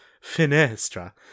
Finestra